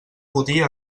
podia